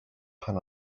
pan